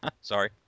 Sorry